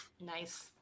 Nice